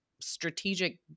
strategic